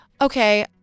okay